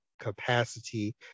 capacity